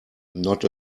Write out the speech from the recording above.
not